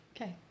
Okay